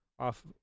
off